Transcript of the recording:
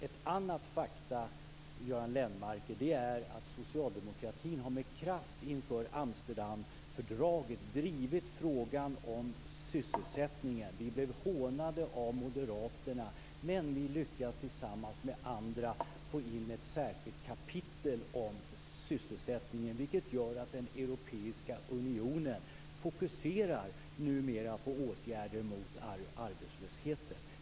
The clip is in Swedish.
Ett annat faktum, Göran Lennmarker, är att socialdemokratin med kraft inför Amsterdamfördraget har drivit frågan om sysselsättningen. Vi blev hånade av moderaterna, men vi lyckades tillsammans med andra få in ett särskilt kapitel om sysselsättningen, vilket gör att den europeiska unionen numera fokuserar på åtgärder mot arbetslösheten.